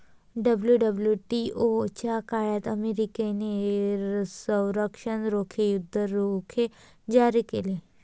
WWTO च्या काळात अमेरिकेने संरक्षण रोखे, युद्ध रोखे जारी केले